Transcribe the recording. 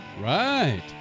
Right